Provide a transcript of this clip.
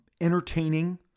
entertaining